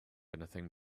anything